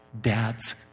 dad's